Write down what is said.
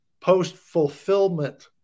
Post-fulfillment